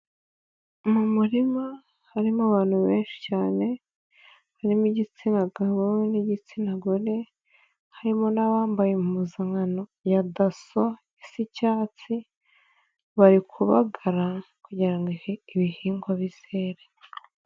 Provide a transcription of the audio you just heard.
Mu murima harimo abantu benshi cyane, harimo igitsina gabo n'igitsina gore, harimo n'abambaye impuzankano ya DASSO, isa icyatsi, bari kubagara kugira ngo ibihingwa bizere.